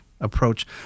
approach